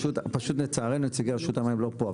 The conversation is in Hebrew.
פשוט לצערנו, נציגי רשות המים לא פה.